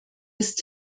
ist